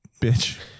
bitch